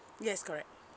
yes correct